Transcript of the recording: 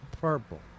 Purple